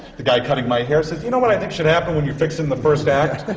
the guy cutting my hair says, you know what i think should happen when you're fixing the first act?